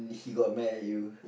he got mad at you